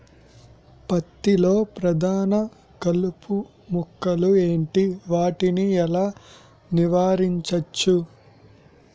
పత్తి లో ప్రధాన కలుపు మొక్కలు ఎంటి? వాటిని ఎలా నీవారించచ్చు?